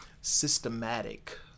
systematic